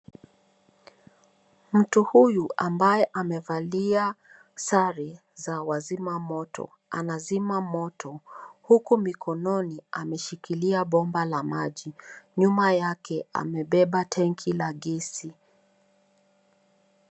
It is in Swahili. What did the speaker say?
Mtu huyu ambaye amevalia sare za wazimamoto, anazima moto huku mikononi ameshikilia bomba la maji. Nyuma yake, amebeba tenki la gesi.